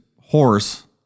horse